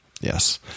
yes